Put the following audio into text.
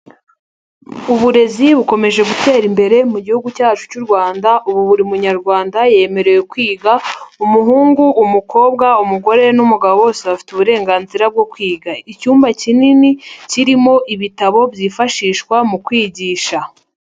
Uburezi bukomeje gutera imbere mu gihugu cyacu cy'u Rwanda, ubu buri munyarwanda yemerewe kwiga umuhungu, umukobwa, umugore n'umugabo bose bafite uburenganzira bwo kwiga, icyumba kinini kirimo ibitabo byifashishwa mu kwigisha.